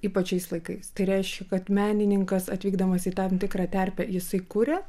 ypač šiais laikais tai reiškia kad menininkas atvykdamas į tam tikrą terpę jisai kuria